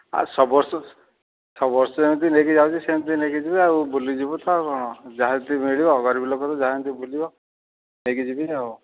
ଆଉ ସବୁ ବର୍ଷ ସବୁ ବର୍ଷ ଯେମିତି ନେଇକି ଯାଉଛି ସେମିତି ନେଇକି ଯିବି ଆଉ ବୁଲିଯିବୁ ତ ଆଉ କ'ଣ ଯାହା ଯେତିକି ମିଳିବ ଗରିବ ଲୋକ ତ ଯାହା ଯେମିତି ବୁଲିବ ନେଇକି ଯିବି ଆଉ